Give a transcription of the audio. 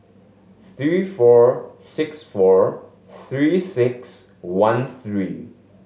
three four six four Three Six One three